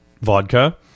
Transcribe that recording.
vodka